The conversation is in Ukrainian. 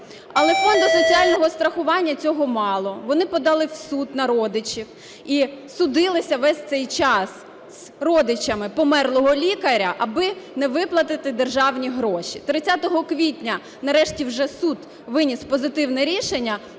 Але Фонду соціального страхування цього мало. Вони подали в суд на родичів і судилися весь цей час з родичами померлого лікаря, аби не виплатити державні гроші. 30 квітня нарешті вже суд виніс позитивне рішення,